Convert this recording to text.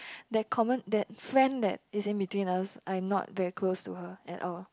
that common that friend that is between us I not very close to her at all